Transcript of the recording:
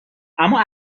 اما